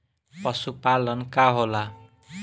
पशुपलन का होला?